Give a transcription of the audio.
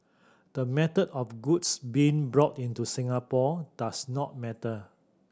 the method of goods being brought into Singapore does not matter